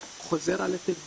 או חוזר על התרגום.